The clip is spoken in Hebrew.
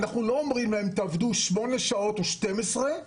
אנחנו לא אומרים להם לעבוד שמונה שעות או 12 שעות,